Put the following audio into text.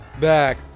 back